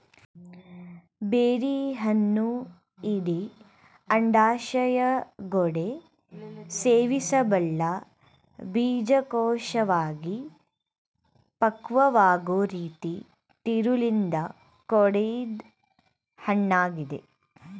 ಬೆರ್ರಿಹಣ್ಣು ಇಡೀ ಅಂಡಾಶಯಗೋಡೆ ಸೇವಿಸಬಲ್ಲ ಬೀಜಕೋಶವಾಗಿ ಪಕ್ವವಾಗೊ ರೀತಿ ತಿರುಳಿಂದ ಕೂಡಿದ್ ಹಣ್ಣಾಗಿದೆ